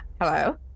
Hello